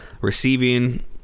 Receiving